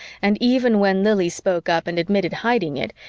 and even when lili spoke up and admitted hiding it,